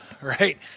right